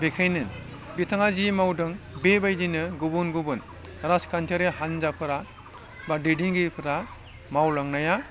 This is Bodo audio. बेखायनो बिथाङा जि मावदों बे बायदिनो गुबुन गुबुन राजखान्थियारि हान्जाफोरा बा दैदेनगिरिफ्रा मावलांनाया